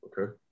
Okay